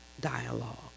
dialogue